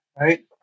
Right